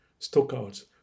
stockouts